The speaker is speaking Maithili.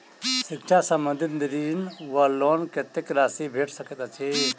शिक्षा संबंधित ऋण वा लोन कत्तेक राशि भेट सकैत अछि?